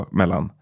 mellan